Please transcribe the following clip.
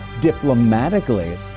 diplomatically